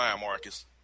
Marcus